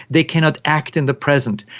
they cannot act in the present,